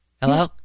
Hello